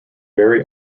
very